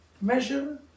measure